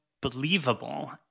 believable